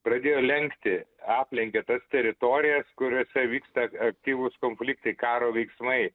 pradėjo lenkti aplenkė tas teritorijas kuriose vyksta aktyvūs konfliktai karo veiksmai